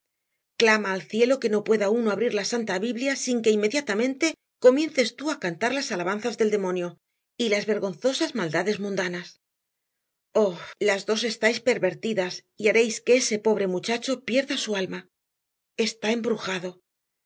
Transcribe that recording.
clama al cielo que no pueda uno abrir la santa biblia sin que inmediatamente comiences tú a cantar las alabanzas del demonio y las vergonzosas maldades mundanas oh las dos estáis pervertidas y haréis que ese pobre muchacho pierda su alma está embrujado